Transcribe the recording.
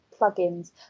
plugins